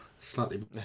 slightly